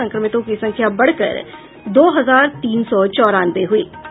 संक्रमितों की संख्या बढ़कर दो हजार तीन सौ चौरानवे हुयी